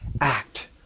act